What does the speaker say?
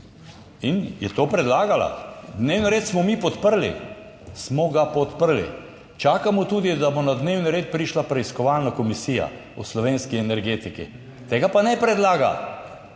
in je to predlagala. Dnevni red smo mi podprli, smo ga podprli, čakamo tudi, da bo na dnevni red prišla preiskovalna komisija o slovenski energetiki, tega pa ne predlaga.